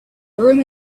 urim